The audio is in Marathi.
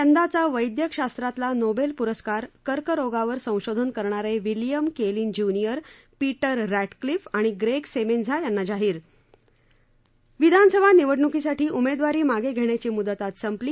यंदाचा वैद्यक शास्त्रातला नोबेल प्रस्कार कर्करोगावर संशोधन करणारे William Kaelin junior Peter Ratcliffe आणि ग्रेग सेमेन्झा यांना जाहीर विधानसभा निवडण्कीसाठी उमेदवारी मागे घेण्याची मुदत आज संपली